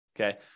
okay